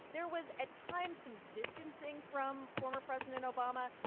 there was at times some distancing from former president obama.